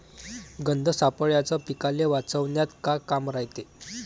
गंध सापळ्याचं पीकाले वाचवन्यात का काम रायते?